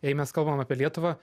jei mes kalbam apie lietuvą